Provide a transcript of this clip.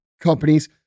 Companies